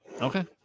Okay